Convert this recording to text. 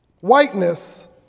Whiteness